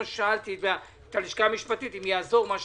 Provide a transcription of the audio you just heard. לכן שאלתי את הלשכה המשפטית אם יעזור מה שנצביע.